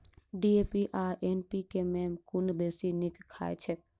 DAP आ NPK मे कुन बेसी नीक खाद छैक?